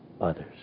others